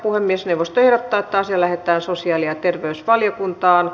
puhemiesneuvosto ehdottaa että asia lähetetään sosiaali ja terveysvaliokuntaan